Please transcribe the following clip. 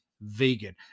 vegan